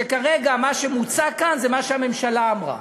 שכרגע מה שמוצע כאן זה מה שהממשלה אמרה.